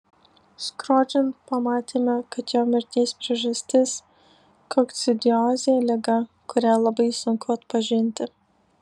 skrodžiant pamatėme kad jo mirties priežastis kokcidiozė liga kurią labai sunku atpažinti